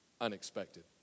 unexpected